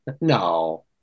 No